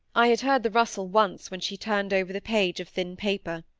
i had heard the rustle once, when she turned over the page of thin paper.